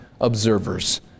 observers